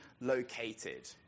located